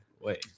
Wait